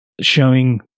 showing